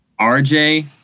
RJ